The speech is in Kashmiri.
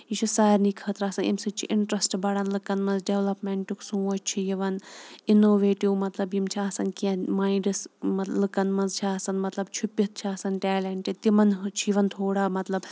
یہِ چھُ سارنی خٲطرٕ آسان اَمہِ سۭتۍ چھِ اِنٹرٛسٹ بَڑان لٕکَن منٛز ڈٮ۪ولَپمٮ۪نٛٹُک سونٛچ چھُ یِوان اِنوویٹِو مطلب یِم چھِ آسان کیٚنٛہہ مایِنٛڈٕس لٕکَن منٛز چھِ آسان مطلب چھُپِتھ چھِ آسان ٹیلٮ۪نٛٹ تِمَن ہُہ چھُ یِوان تھوڑا مطلب